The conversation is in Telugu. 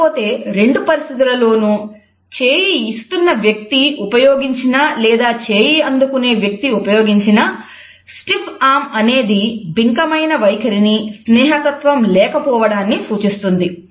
కాకపోతే రెండు పరిస్థితులలోనూ చేయి ఇస్తున్న వ్యక్తి ఉపయోగించినా లేదా చేయి అందుకునే వ్యక్తి ఉపయోగించినా స్టిఫ్ ఆర్మ్ అనేది బింకమైన వైఖరిని స్నేహ తత్వం లేకపోవడాన్ని సూచిస్తుంది